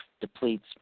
depletes